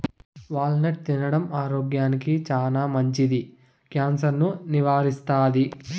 wall నట్ తినడం ఆరోగ్యానికి చానా మంచిది, క్యాన్సర్ ను నివారిస్తాది